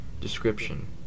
Description